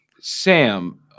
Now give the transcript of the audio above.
sam